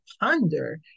ponder